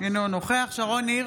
אינו נוכח שרון ניר,